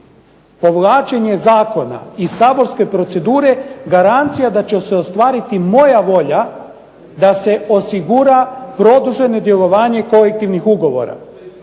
povlačenje zakona iz saborske procedure garancija da će se ostvariti moja volja da se osigura produženo djelovanje kolektivnih ugovora